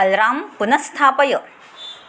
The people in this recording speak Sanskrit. अल्राम् पुनः स्थापय